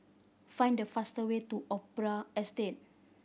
find the faster way to Opera Estate